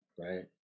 Right